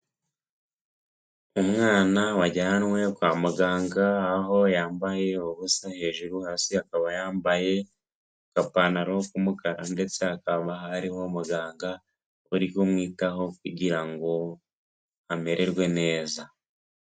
Umwana wajyanwe kwa muganga aho yambaye ubusa hejuru, hasi akaba yambaye agapantaro ku mukara; ndetse akaba ari muganga uri kumwitaho kugira ngo amererwe neza.